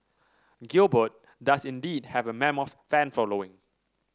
gilbert does indeed have a mammoth fan following